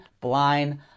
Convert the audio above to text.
blind